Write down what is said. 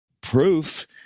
proof